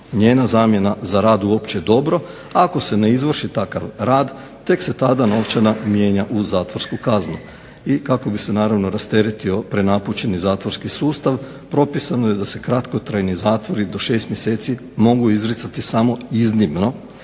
njena zamjena za rad u opće dobro, a ako se ne izvrši takav rad tek se tada novčana mijenja u zatvorsku kaznu i kako bi se naravno rasteretio prenapučeni zatvorski sustav propisano je da se kratkotrajni zatvori do 6 mjeseci mogu izricati samo iznimno